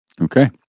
Okay